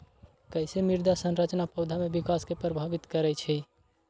कईसे मृदा संरचना पौधा में विकास के प्रभावित करई छई?